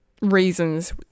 reasons